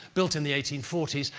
built in the eighteen forty s,